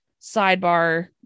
sidebar